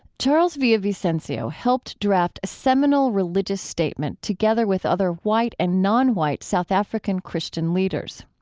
charles villa-vicencio helped draft a seminal religious statement together with other white and non-white south african christian leaders.